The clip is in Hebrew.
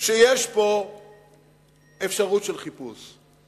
שיש פה אפשרות של חיפוש.